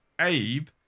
Abe